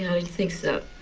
i didn't think so.